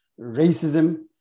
racism